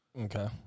Okay